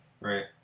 Right